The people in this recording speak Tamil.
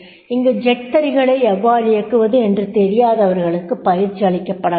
இங்கு ஜெட் தறிகளை எவ்வாறு இயக்குவது என்று தெரியாதவர்களுக்கு பயிற்சி அளிக்கப்பட வேண்டும்